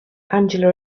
angela